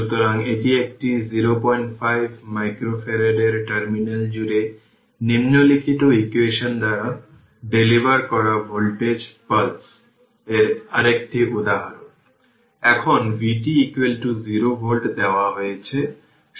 সুতরাং এটি একটি 05 মাইক্রোফ্যারাডের টার্মিনাল জুড়ে নিম্নলিখিত ইকুয়েশন দ্বারা ডেলিভার করা ভোল্টেজ পালস এর আরেকটি উদাহরণ এখানে vt 0 ভোল্ট দেওয়া হয়েছে